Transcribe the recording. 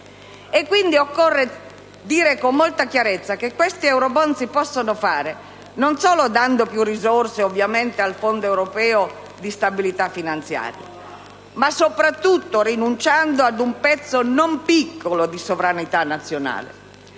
quindi dire con molta chiarezza che questi *eurobond* si possono realizzare non solo dando, ovviamente, più risorse al Fondo europeo di stabilità finanziaria, ma soprattutto rinunciando ad un pezzo non piccolo di sovranità nazionale